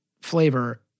flavor